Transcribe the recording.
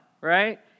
right